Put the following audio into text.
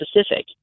specific